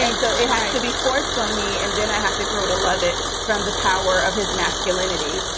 and so it had to be forced on me and then i have to grow to love it from the power of his masculinity